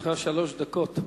לרשותך שלוש דקות.